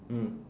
mm